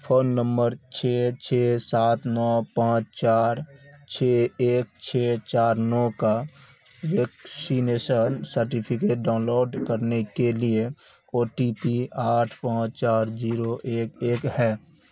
phone number چھ چھ سات نو پانچ چار چھ ایک چھ چار نو کا ویکشینیشن سرٹیفکیٹ ڈاؤنلوڈ کرنے کے لیے او ٹی پی آٹھ پانچ چار جیرو ایک ایک ہے